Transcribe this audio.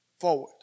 Forward